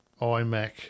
iMac